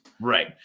Right